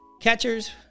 Catchers